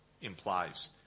implies